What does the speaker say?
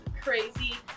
crazy